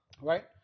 Right